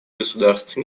государств